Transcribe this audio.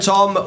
Tom